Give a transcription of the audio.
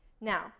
Now